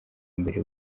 mbere